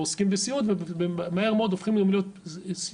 עוסקים בסיעוד ומהר מאוד הופכים גם להיות צרכני